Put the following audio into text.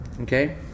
okay